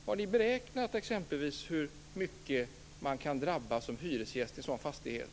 Har ni exempelvis beräknat hur mycket man kan drabbas som hyresgäst i en sådan fastighet?